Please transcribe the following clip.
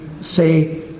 say